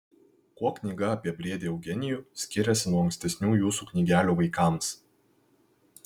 kuo knyga apie briedį eugenijų skiriasi nuo ankstesnių jūsų knygelių vaikams